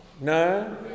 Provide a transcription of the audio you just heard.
No